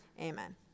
amen